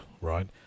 right